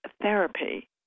therapy